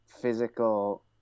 physical